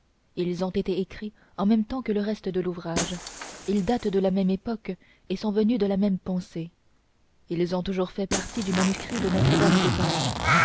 ils ont été écrits en même temps que le reste de l'ouvrage ils datent de la même époque et sont venus de la même pensée ils ont toujours fait partie du manuscrit de notre-dame de paris